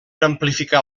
amplificar